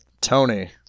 Tony